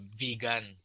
vegan